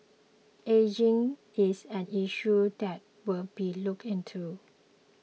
ageing is an issue that will be looked into